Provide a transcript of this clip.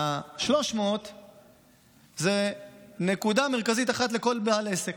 ה-300 זה נקודה מרכזית אחת לכל בעל עסק.